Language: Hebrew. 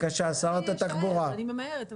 אני ממהרת,